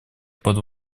под